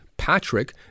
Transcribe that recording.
Patrick